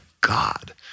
God